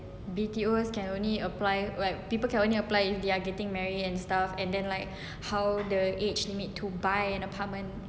B_T_Os can only apply where people can only apply if they are getting marry and stuff and then like how the age limit to buy an apartment